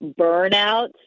burnout